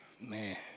man